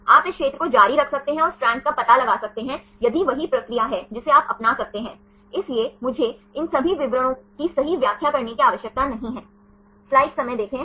कोण आप गणना कर सकते हैं सही आप वैक्टर ले सकते हैं और आप कोण प्राप्त कर सकते हैं तो टॉरशन कोण कैसे प्राप्त करें